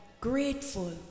Grateful